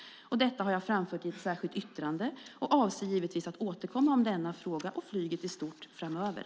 Detta har jag framfört i ett särskilt yttrande. Jag avser givetvis att återkomma om denna fråga och flyget i stort framöver.